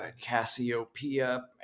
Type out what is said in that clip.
cassiopeia